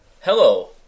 Hello